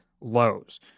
lows